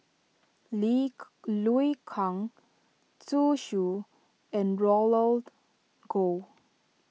Liu Kang Zhu Xu and Roland Goh